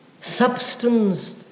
substance